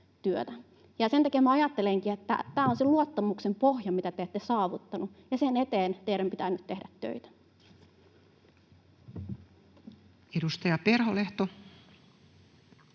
Sen takia ajattelenkin, että tämä on se luottamuksen pohja, mitä te ette saavuttaneet, ja sen eteen teidän pitää nyt tehdä töitä. [Speech